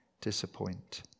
disappoint